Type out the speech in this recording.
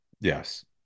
Yes